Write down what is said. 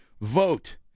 Vote